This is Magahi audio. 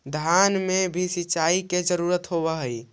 धान मे भी सिंचाई के जरूरत होब्हय?